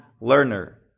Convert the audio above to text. learner